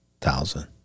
thousand